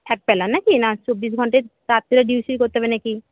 সাতবেলা নাকি না চব্বিশ ঘণ্টাই রাত্রে ডিউটি করতে হবে নাকি